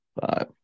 five